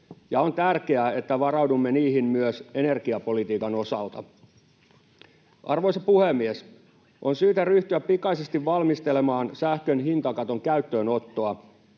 ja on tärkeää, että varaudumme niihin myös energiapolitiikan osalta. Arvoisa puhemies! On syytä ryhtyä pikaisesti valmistelemaan sähkön hintakaton käyttöönottoa.